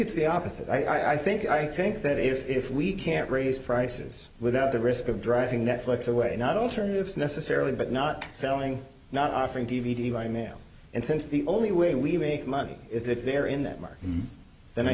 it's the opposite i think i think that if we can't raise prices without the risk of driving netflix away not alternatives necessarily but not selling not offering d v d by mail and since the only way we make money is if they're in that market then i